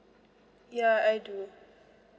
ya I do